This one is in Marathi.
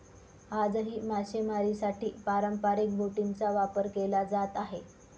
आजही मासेमारीसाठी पारंपरिक बोटींचा वापर केला जात आहे